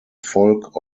folk